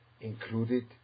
included